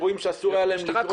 אירועים שאסור היה להם לקרות.